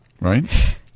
right